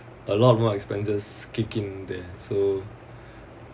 a lot of more expenses kicking there so